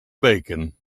bacon